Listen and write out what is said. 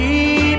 keep